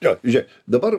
jo žiūrėk dabar